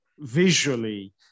visually